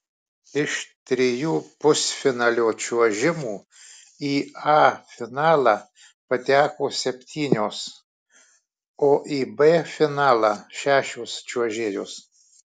iš trijų pusfinalio čiuožimų į a finalą pateko septynios o į b finalą šešios čiuožėjos